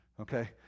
Okay